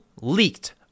leaked